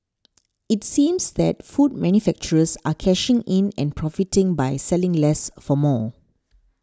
it seems that food manufacturers are cashing in and profiting by selling less for more